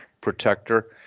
protector